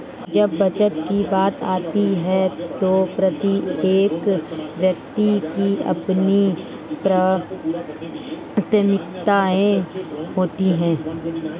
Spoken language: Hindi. जब बचत की बात आती है तो प्रत्येक व्यक्ति की अपनी प्राथमिकताएं होती हैं